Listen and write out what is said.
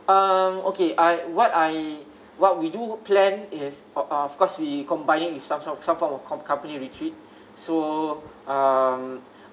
um okay I what I what we do plan is of of course we combining with some sort of some form of com~ company retreat so um